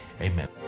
Amen